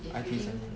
I T Z Y